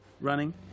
running